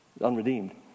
unredeemed